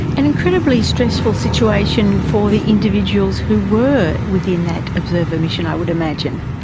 an incredibly stressful situation for the individuals who were within that observer mission, i would imagine.